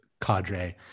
cadre